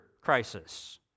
crisis